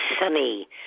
sunny